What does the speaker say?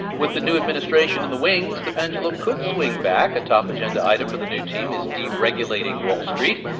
with the new administration in the wings the pendulum could swing back. a top agenda item for the new team is deregulating wall street.